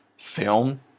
film